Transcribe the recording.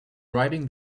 riding